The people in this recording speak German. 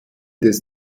des